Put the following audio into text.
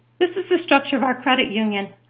this is the structure of our credit union.